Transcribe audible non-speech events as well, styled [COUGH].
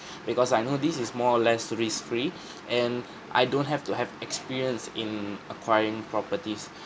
because I know this is more or less risk-free [BREATH] and [BREATH] I don't have to have experience in acquiring properties